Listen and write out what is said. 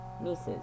Nieces